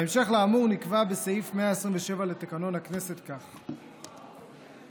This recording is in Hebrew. בהמשך לאמור נקבע בסעיף 127 לתקנון הכנסת כך: "(א)